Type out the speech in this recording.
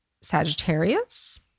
Sagittarius